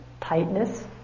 tightness